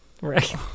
right